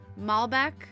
Malbec